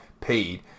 paid